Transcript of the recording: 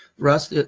russ,